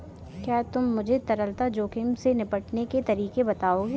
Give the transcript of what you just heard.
क्या तुम मुझे तरलता जोखिम से निपटने के तरीके बताओगे?